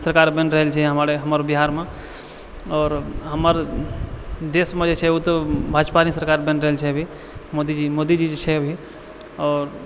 सरकार बनि रहल छै हमर बिहारमे आओर हमर देशमे जे छै ओ तऽ भाजपाके सरकार बनि रहल छै अभी मोदीजी मोदीजी जे छै अभी आओर